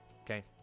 okay